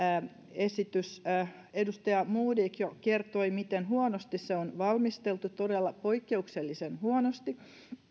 esityksestä edustaja modig jo kertoi miten huonosti se on valmisteltu todella poikkeuksellisen huonosti